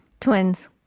Twins